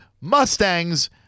Mustangs